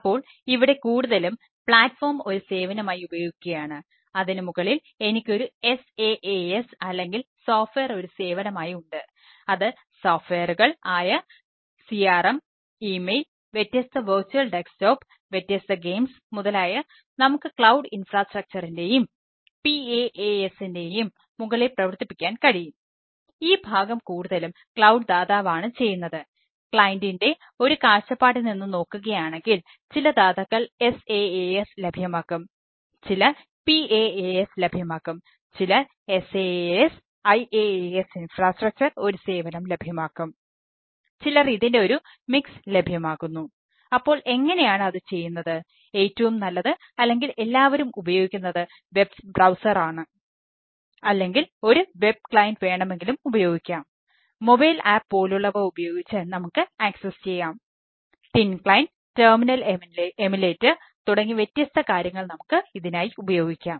അപ്പോൾ ഇവിടെ കൂടുതലും പ്ലാറ്റ്ഫോം തുടങ്ങി വ്യത്യസ്ത കാര്യങ്ങൾ നമുക്ക് ഇതിനായി ഉപയോഗിക്കാം